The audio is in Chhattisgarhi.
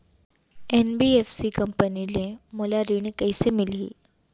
एन.बी.एफ.सी कंपनी ले मोला ऋण कइसे मिलही?